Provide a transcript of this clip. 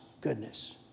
goodness